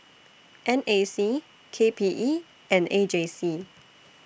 N A C K P E and A J C